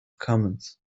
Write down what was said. commons